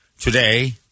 today